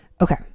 Okay